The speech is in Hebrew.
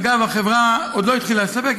אגב, החברה עוד לא התחילה לספק.